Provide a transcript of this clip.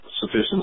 sufficient